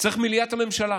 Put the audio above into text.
צריך את מליאת הממשלה,